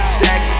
sex